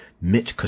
Mitch